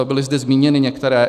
Byly zde zmíněny některé.